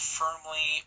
firmly